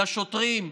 לשוטרים,